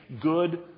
good